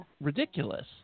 ridiculous